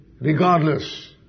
Regardless